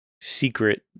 secret